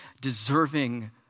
deserving